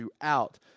throughout